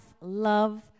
love